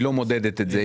כי היא לא מודדת את זה,